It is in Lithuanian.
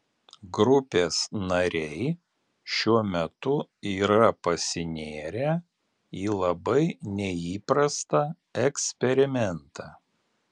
grupės nariai šiuo metu yra pasinėrę į labai neįprastą eksperimentą